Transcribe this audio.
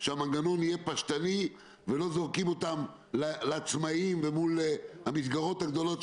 שהמנגנון יהיה פשטני ולא זורקים אותן לעצמאים ומול המסגרות הגדולות.